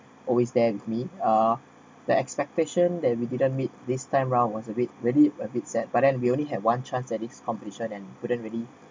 always there with me uh the expectation that we didn't meet this time round was a bit a bit sad but then we only have one chance at its completion and wouldn't really